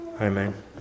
Amen